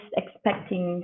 expecting